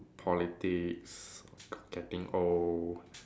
politics getting old